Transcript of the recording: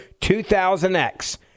2000X